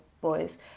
boys